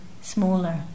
smaller